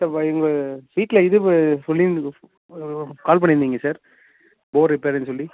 sir எங்கள் வீட்டில் இது சொல்லிருந்துது கால் பண்ணிருந்தீங்க சார் போர் ரிப்பேர்னு சொல்லி